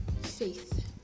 faith